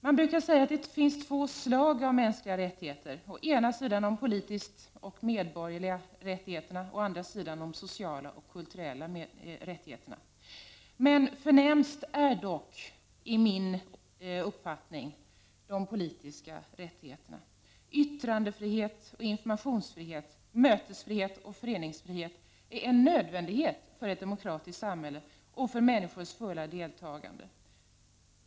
Man brukar säga att det finns två slag av mänskliga rättigheter — å ena sidan de politiska och medborgerliga rättigheterna, å andra sidan de sociala och kulturella rättigheterna. De förnämsta är dock enligt min uppfattning de politiska rättigheterna. Yttrandefrihet och informationsfrihet, mötesfrihet och föreningsfrihet är en nödvändighet för ett demokratiskt samhälle och för människors fulla deltagande.